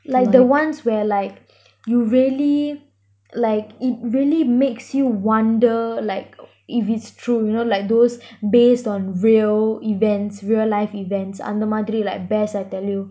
like the ones where like you really like it really makes you wonder like if it's true you know like those based on real events real life events அந்த மாதிரி:antha maathiri like best I tell you